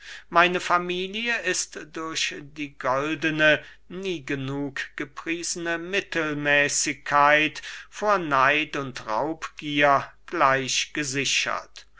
meine familie ist durch die goldene nie genug gepriesene mittelmäßigkeit vor neid und raubgier gleich gesichert